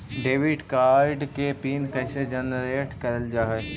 Debit card के PIN कैसे generate करल जाहै?